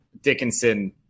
Dickinson